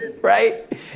right